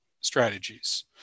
strategies